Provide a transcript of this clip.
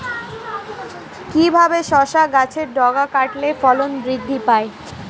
কিভাবে শসা গাছের ডগা কাটলে ফলন বৃদ্ধি পায়?